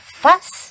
fuss